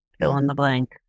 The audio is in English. fill-in-the-blank